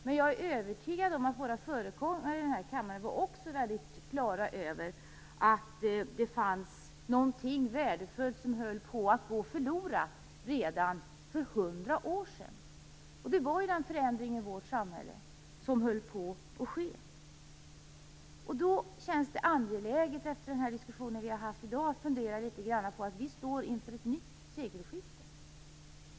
Men jag är övertygad om att våra föregångare i den här kammaren också var mycket klara över att det fanns någonting värdefullt som höll på att gå förlorat redan för hundra år sedan. Det var den förändring i vårt samhälle som höll på att ske. Efter den diskussion vi haft här i dag känns det angeläget att litet grand fundera över det faktum att vi står inför ett nytt sekelskifte.